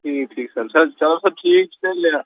ٹھیٖک ٹھیٖک sir sir چلو سَر ٹھیٖک چھُ تیٚلہِ